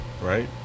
right